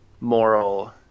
moral